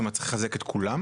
זאת אומרת צריך לחזק את כולן?